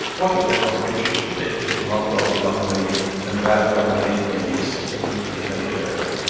what a declaration to make to the mother of a young lady, and that young lady the niece of the duke of mayfair!